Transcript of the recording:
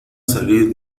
salir